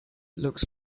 looks